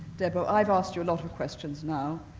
debo, i've asked you a lot of questions now.